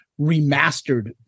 remastered